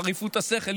חריפות השכל,